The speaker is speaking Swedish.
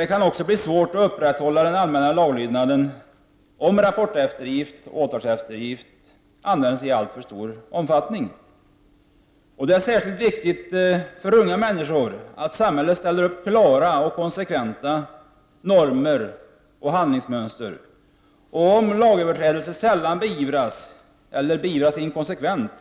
Det kan också bli svårt att upprätthålla den allmänna laglydnaden om rapporteftergift och åtalseftergift används i alltför stor omfattning. Särskilt för unga människor är det viktigt att samhället ställer upp klara och konsekventa normer och handlingsmönster. Om lagöverträdelser sällan beivras, eller beivras på ett inkonsekvent